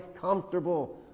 comfortable